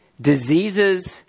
diseases